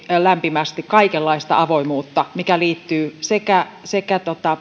lämpimästi kaikenlaista avoimuutta mikä liittyy sekä sekä